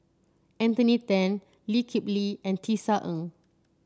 Anthony Then Lee Kip Lee and Tisa Ng